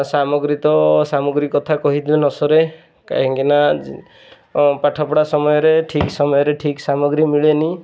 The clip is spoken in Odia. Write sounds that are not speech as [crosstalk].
ସାମଗ୍ରୀ ତ ସାମଗ୍ରୀ କଥା କହି [unintelligible] ନ ସରେ କାହିଁକି ନା ପାଠପଢ଼ା ସମୟରେ ଠିକ୍ ସମୟରେ ଠିକ୍ ସାମଗ୍ରୀ ମିଳେ ନି